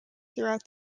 throughout